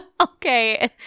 Okay